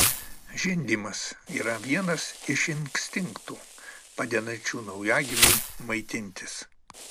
žindymas yra vienas iš instinktų padedančių naujagimiui maitintis